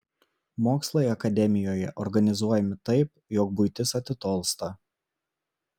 mokslai akademijoje organizuojami taip jog buitis atitolsta